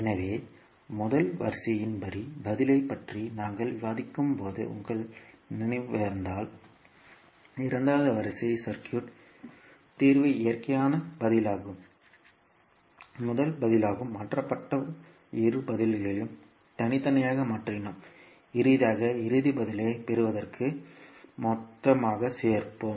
எனவே முதல் வரிசையின் படி பதிலைப் பற்றி நாங்கள் விவாதிக்கும்போது உங்களுக்கு நினைவிருந்தால் இரண்டாவது வரிசை சுற்று தீர்வை இயற்கையான பதிலாகவும் முதல் பதிலாகவும் மாற்றப்பட்ட இரு பதில்களையும் தனித்தனியாக மாற்றினோம் இறுதியாக இறுதி பதிலைப் பெறுவதற்கு மொத்தமாகச் சேர்ப்போம்